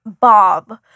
Bob